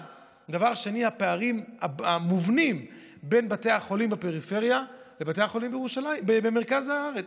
1. 2. הפערים המובנים בין בתי החולים בפריפריה לבתי החולים במרכז הארץ.